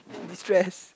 destress